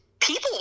people